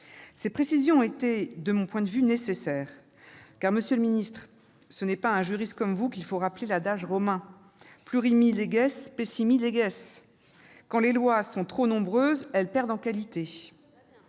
Ces précisions étaient, de mon point de vue, nécessaires, car, monsieur le ministre, ce n'est pas à un juriste comme vous qu'il faut rappeler l'adage romain :. Quand les lois sont trop nombreuses, elles perdent en qualité.